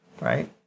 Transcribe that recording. Right